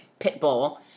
Pitbull